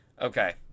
Okay